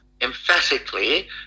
Emphatically